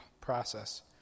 process